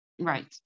Right